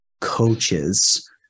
coaches